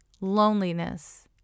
loneliness